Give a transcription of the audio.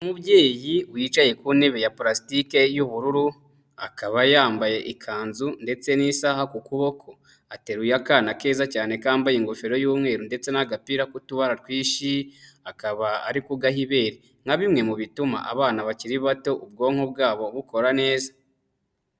Umubyeyi wicaye ku ntebe ya pulastike y'ubururu akaba yambaye ikanzu ndetse n'isaha ku kuboko, ateruye akana keza cyane kambaye ingofero y'umweru ndetse n'agapira k'utubara twinshi akaba ari kugaha ibere, nka bimwe mu bituma abana bakiri bato ubwonko bwabo bukora neza.